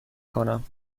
کنم